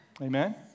Amen